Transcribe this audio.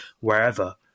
wherever